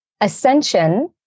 Ascension